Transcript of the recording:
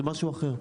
זה משהו אחר.